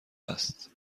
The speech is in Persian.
است